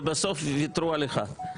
ובסוף ויתרו על אחד.